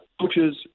coaches